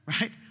Right